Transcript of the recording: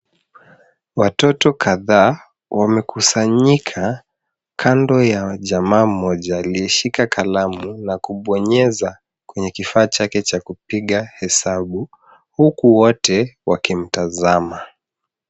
Watoto kadhaa wamekusanyika kando ya jamaa mmoja aliyeshika kalamu na kubonyeza kwenye kifaa chake cha kupiga hesabu huku wote wakimtazama.